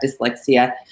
dyslexia